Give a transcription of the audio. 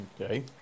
Okay